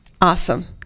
awesome